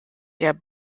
der